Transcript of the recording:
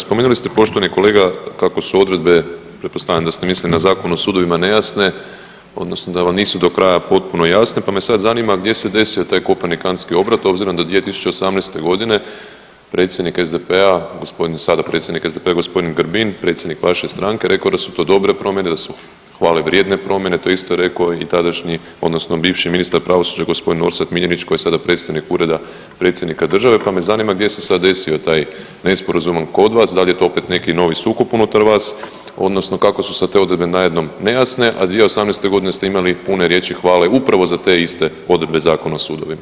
Spomenuli ste poštovani kolega kako su odredbe, pretpostavljam da ste mislili na Zakon o sudovima odnosno da vam nisu do kraja potpuno jasne pa me sad zanima gdje se desio taj Kopernikantski obrat obzirom da 2018. godine predsjednik SDP-a, gospodin sada predsjednik SDP-a gospodin Grbin predsjednik vaše stranke rekao da su to dobre promjene, da su hvale vrijedne promjene, to je isto rekao i tadašnji odnosno bivši ministar pravosuđa gospodin Orsat Miljenić koji je sada predstojnik Ureda predsjednika države, pa me zanima gdje se sad desio taj nesporazum kod vas, da li je to opet neki novi sukob unutar vas odnosno kako su sad te odredbe najednom nejasne, a 2018. godine ste imali pune riječi hvale upravo za te iste odredbe Zakona o sudovima.